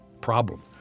problem